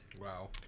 Wow